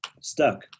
stuck